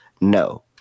No